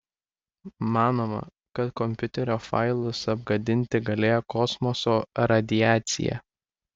manoma kad kompiuterio failus apgadinti galėjo kosmoso radiacija